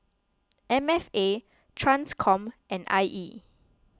M F A Transcom and I E